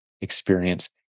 experience